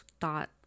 thought